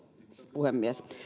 puhemies